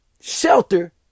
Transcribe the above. shelter